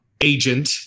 agent